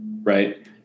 Right